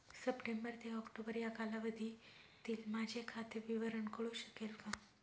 September ते ऑक्टोबर या कालावधीतील माझे खाते विवरण कळू शकेल का?